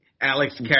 Alex